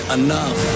enough